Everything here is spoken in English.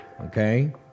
okay